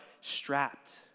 strapped